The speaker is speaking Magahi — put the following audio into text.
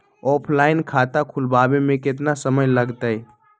ऑफलाइन खाता खुलबाबे में केतना समय लगतई?